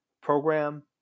program